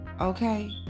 Okay